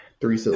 three